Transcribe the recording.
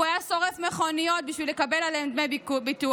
הוא היה שורף מכוניות בשביל לקבל עליהן דמי ביטוח.